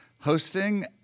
hosting